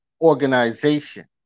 Organization